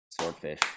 Swordfish